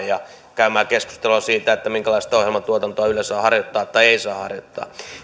ja käymään keskustelua siitä minkälaista ohjelmatuotantoa yle saa harjoittaa tai ei saa harjoittaa